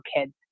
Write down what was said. kids